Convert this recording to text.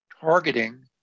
targeting